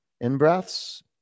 in-breaths